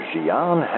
Gian